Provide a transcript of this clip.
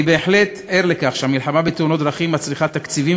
אני בהחלט ער לכך שהמלחמה בתאונות הדרכים מצריכה תקציבים,